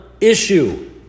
issue